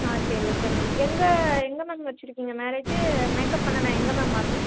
ஆ சரி okay ma'am எங்கே எங்கே மேம் வெச்சுருக்கீங்க மேரேஜி மேக்கப் பண்ண நான் எங்கே மேம் வரணும்